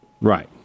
Right